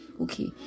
Okay